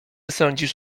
sądzisz